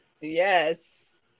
yes